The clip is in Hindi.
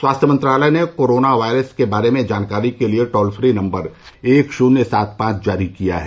स्वास्थ्य मंत्रालय ने कोरोना वायरस के बारे में जानकारी के लिए टोल फ्री नम्बर एक शून्य सात पांच जारी किया है